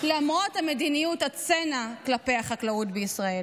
מדיניות הצנע כלפי החקלאות בישראל.